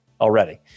already